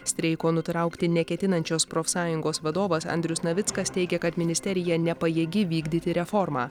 streiko nutraukti neketinančios profsąjungos vadovas andrius navickas teigia kad ministerija nepajėgi vykdyti reformą